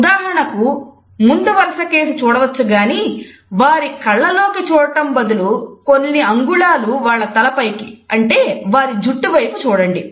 ఉదాహరణకు ముందు వరుస కేసి చూడవచ్చు గాని వారి కళ్ళల్లోకి చూడటం బదులు కొన్ని అంగుళాలు వాళ్ల తల పైకి అంటే వారి జుట్టు వైపు చూడండి